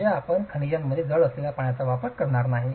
म्हणजे आपण खनिजांमध्ये जड असलेल्या पाण्याचा वापर करणार नाही